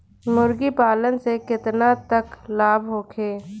मुर्गी पालन से केतना तक लाभ होखे?